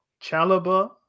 Chalaba